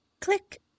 click